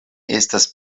estas